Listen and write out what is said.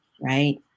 right